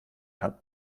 kann